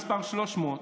המספר 300,